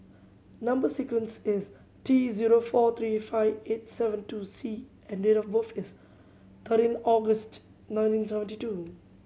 number sequence is T zero four three five eight seven two C and date of birth is thirteen August nineteen seventy two